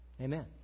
Amen